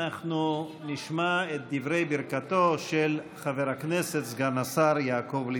אנחנו נשמע את דברי ברכתו של חבר הכנסת וסגן השר יעקב ליצמן.